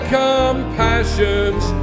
compassions